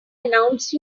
announce